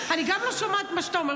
אני גם לא שומעת את מה שאתה אומר,